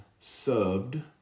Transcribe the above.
subbed